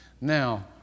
Now